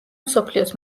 მსოფლიოს